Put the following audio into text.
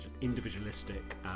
individualistic